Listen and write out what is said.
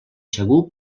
segur